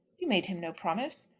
you made him no promise.